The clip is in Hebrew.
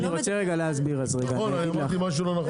אני הבנתי משהו לא נכון?